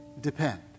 depend